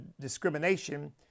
discrimination